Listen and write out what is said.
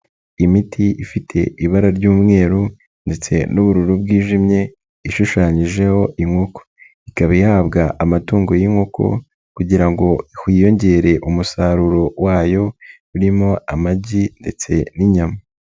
Imiti ifite ibara ry'umweru ndetse n'ubururu bwijimye ishushanyijeho inkoko, ikaba ihabwa amatungo y'inkoko kugira ngo hiyongere umusaruro wayo urimo amagi ndetse n'inyama.